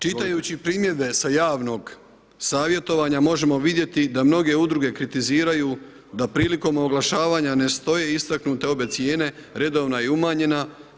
Čitajući primjedbe sa javnog savjetovanja možemo vidjeti da mnoge udruge kritiziraju da prilikom oglašavanja ne stoje istaknute obje cijene, redovna i umanjena.